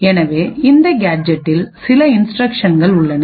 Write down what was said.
எனவே இந்த கேஜெட்டில் சில இன்ஸ்டிரக்க்ஷன்கள் உள்ளன